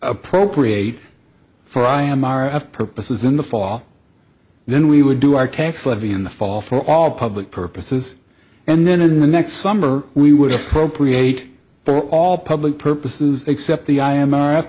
appropriate for i am r f purposes in the fall then we would do our tax levy in the fall for all public purposes and then in the next summer we were appropriate for all public purposes except the i